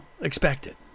expected